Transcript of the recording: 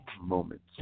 moments